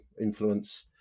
influence